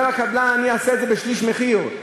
אומר הקבלן: אני אעשה את זה בשליש מחיר,